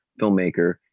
filmmaker